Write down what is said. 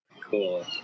cool